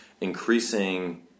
increasing